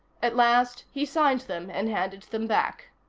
at last he signed them and handed them back.